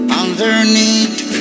underneath